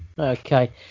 Okay